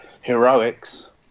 heroics